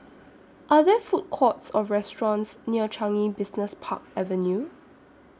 Are There Food Courts Or restaurants near Changi Business Park Avenue